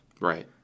Right